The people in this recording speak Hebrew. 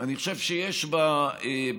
אני חושב שיש בכנסת,